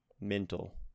mental